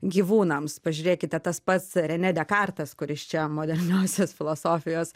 gyvūnams pažiūrėkite tas pats rene dekartas kuris čia moderniosios filosofijos